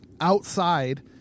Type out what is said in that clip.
outside